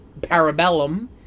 Parabellum